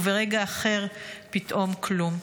וברגע אחר, פתאום כלום.